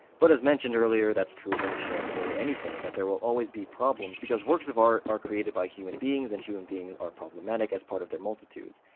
but as mentioned earlier, that's true of any show, or anything, that there will always be problems, because works of art are created by human beings, and human beings are problematic as part of their multitudes.